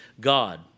God